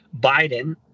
Biden—